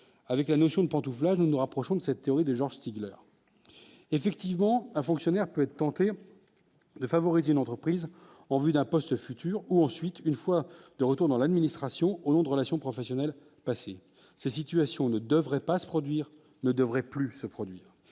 avec la notion de pantouflage, nous nous rapprochons de cette théorie des genres Stiegler effectivement un fonctionnaire peut être tenté de favoriser l'entreprise en vue d'un poste futur ou ensuite, une fois de retour dans l'administration, au nom de relations professionnelles passées ces situations ne devrait pas se produire ne devrait plus se produire,